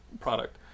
product